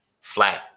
flat